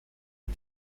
and